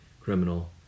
Criminal